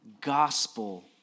gospel